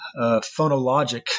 phonologic